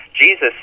Jesus